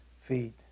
feet